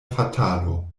fatalo